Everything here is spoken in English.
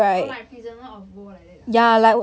orh like prisoner of war like that ah